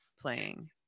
playing